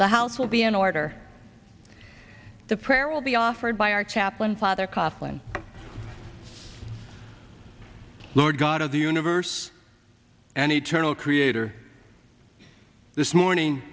the house will be an order the prayer will be offered by our chaplain father claflin lord god of the universe an eternal creator this morning